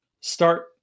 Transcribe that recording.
start